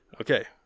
Okay